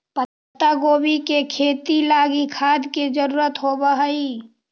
पत्तागोभी के खेती लागी खाद के जरूरत होब हई